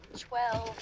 twelve,